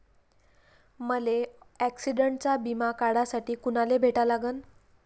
मले ॲक्सिडंटचा बिमा काढासाठी कुनाले भेटा लागन?